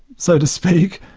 so to speak,